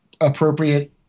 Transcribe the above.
appropriate